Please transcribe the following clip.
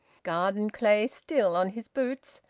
garden-clay still on his boots,